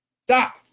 stop